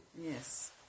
Yes